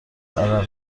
عرق